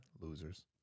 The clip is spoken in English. losers